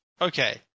Okay